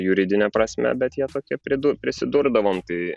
juridine prasme bet jie tokie pridur prisidurdavom tai